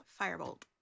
Firebolt